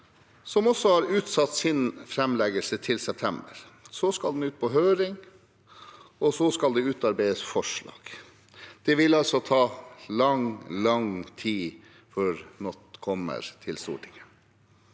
De har utsatt sin framleggelse til september, så skal den ut på høring, og så skal det utarbeides forslag. Det vil altså ta lang, lang tid før noe kommer til Stortinget.